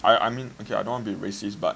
I mean okay I don't wanna be racist but